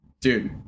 dude